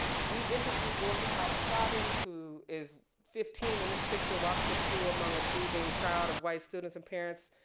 we interviewed dorothy counts-scoggins, who is fifteen in this picture, walks to school among a seething crowd of white students and parents,